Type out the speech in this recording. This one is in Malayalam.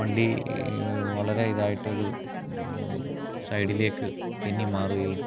വണ്ടി വളരെ ഇതായിട്ടൊരു സൈഡിലേക്ക് തെന്നി മാറുകയും